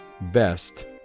Best